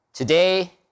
Today